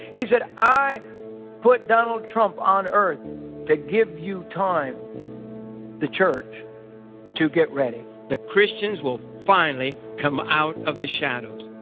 he said, i put donald trump on earth to give you time the church to get ready the christians will finally come out of the shadows